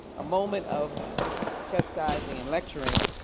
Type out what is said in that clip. a moment of chastising and lecturing